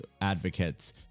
advocates